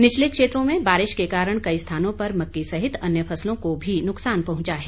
निचले क्षेत्रों में बारिश के कारण कई स्थानों पर मक्की सहित अन्य फसलों को भी नुकसान पहुंचा है